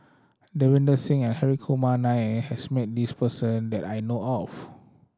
Davinder Singh and Hri Kumar Nair has met this person that I know of